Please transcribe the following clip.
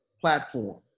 platform